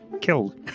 killed